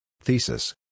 thesis